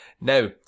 now